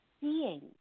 seeing